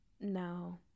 no